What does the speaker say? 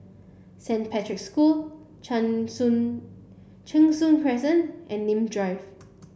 Saint Patrick's School Cheng Soon Cheng Soon Crescent and Nim Drive